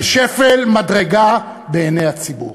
לשפל המדרגה בעיני הציבור.